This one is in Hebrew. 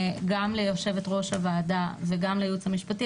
גם ליושבת-ראש הוועדה וגם לייעוץ המשפטי,